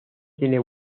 tiene